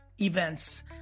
events